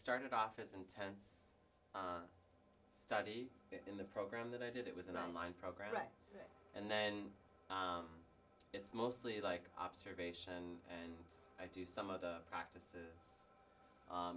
started off as intense study in the program that i did it was an online program and then it's mostly like observation and i do some of the practices